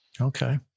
Okay